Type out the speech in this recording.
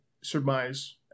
surmise